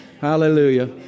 Hallelujah